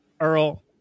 Earl